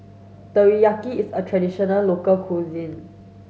Teriyaki is a traditional local cuisine